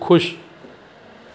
ख़ुशि